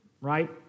right